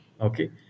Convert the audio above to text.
okay